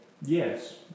yes